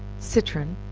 citron,